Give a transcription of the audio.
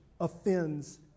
offends